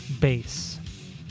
bass